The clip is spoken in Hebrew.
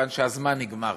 כיוון שהזמן נגמר.